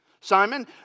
Simon